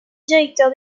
directeur